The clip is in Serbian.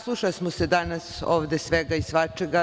Naslušasmo se danas ovde svega i svačega.